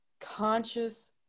conscious